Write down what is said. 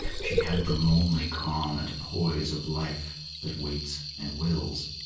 she had the lonely calm and poise of life that waits and wills.